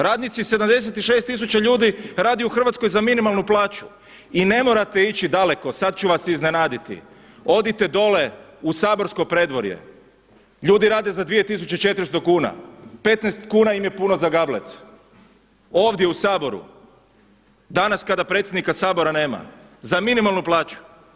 Radnici 76 tisuća ljudi radi u Hrvatskoj za minimalnu plaću i ne morate ići daleko, sad ću vas iznenaditi, odite dole u saborsko predvorje, ljudi rade za 2.400 kuna, 15 kuna im je puno za gablec, ovdje u Saboru, danas kada predsjednika Sabora nema za minimalnu plaću.